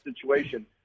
situation